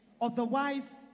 otherwise